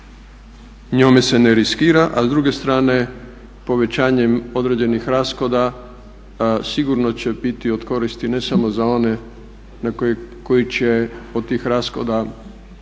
njome se ne riskira, a s druge strane povećanjem određenih rashoda sigurno će biti od koristi ne samo za one koji će od tih rashoda imati